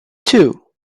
two